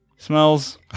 Smells